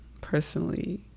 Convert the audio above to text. personally